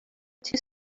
two